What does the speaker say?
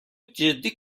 جدی